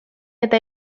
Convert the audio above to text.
eta